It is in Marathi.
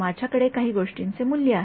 हो माझ्याकडे या गोष्टीचे काही मूल्य आहे